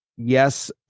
Yes